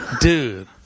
Dude